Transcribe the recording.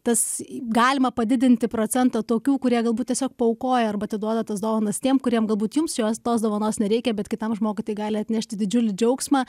tas galima padidinti procentą tokių kurie galbūt tiesiog paaukoja arba atiduoda tas dovanas tiem kuriem galbūt jums jos tos dovanos nereikia bet kitam žmogui tai gali atnešti didžiulį džiaugsmą